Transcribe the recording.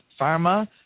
pharma